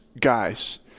guys